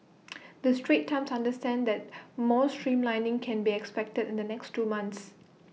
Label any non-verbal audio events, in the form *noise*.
*noise* the straits times understands that more streamlining can be expected in the next two months